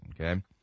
Okay